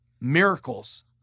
Miracles